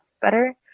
better